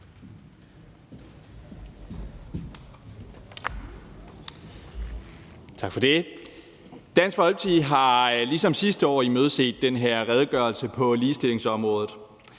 Tak for det. Dansk Folkeparti har ligesom sidste år imødeset den her redegørelse på ligestillingsområdet,